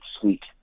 Sweet